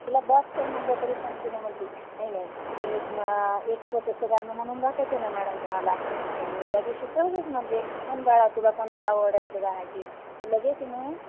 तिला बस कर म्हणलं तरी पण तिनं म्हणती नाही नाही मी एक मग एक छोटंसं गाणं म्हणून दाखवते ना मॅडम तुम्हाला तर मी त्या दिवशी सर्वच म्हणली कोण बाळा तुला कोणतं आवड आहे त्या गाण्याची तर लगेच तिनं